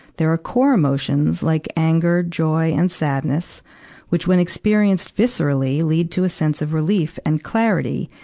there are core emotions like anger, joy, and sadness which when experienced viscerally lead to a sense of relief and clarity,